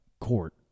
court